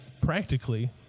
practically